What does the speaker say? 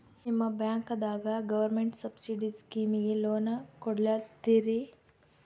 ನಿಮ ಬ್ಯಾಂಕದಾಗ government subsidy ಸ್ಕೀಮಿಗಿ ಲೊನ ಕೊಡ್ಲತ್ತೀರಿ?